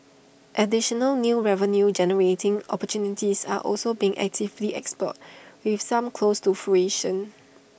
additional new revenue generating opportunities are also being actively explored with some close to fruition